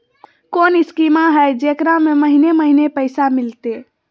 कोइ स्कीमा हय, जेकरा में महीने महीने पैसा मिलते?